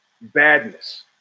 badness